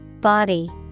Body